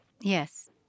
Yes